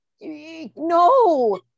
no